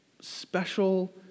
special